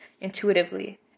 intuitively